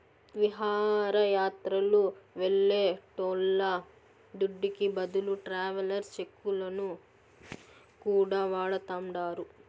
విహారయాత్రలు వెళ్లేటోళ్ల దుడ్డుకి బదులు ట్రావెలర్స్ చెక్కులను కూడా వాడతాండారు